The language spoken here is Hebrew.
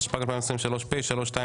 התשפ"ג 2023 (פ/3260/25),